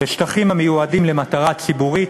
בשטחים המיועדים למטרה ציבורית,